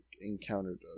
encountered